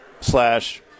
slash